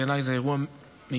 בעיניי זה אירוע מיותר,